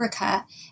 Africa